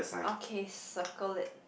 okay circle it